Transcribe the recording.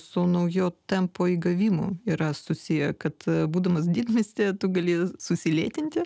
su nauju tempo įgavimu yra susiję kad būdamas didmiestyje gali susilėtinti